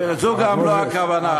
וזו גם לא הכוונה.